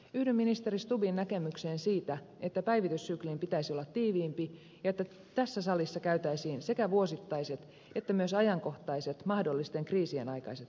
yhdyn ministeri stubbin näkemykseen siitä että päivityssyklin pitäisi olla tiiviimpi ja että tässä salissa käytäisiin sekä vuosittaiset että myös ajankohtaiset mahdollisten kriisien aikaiset keskustelut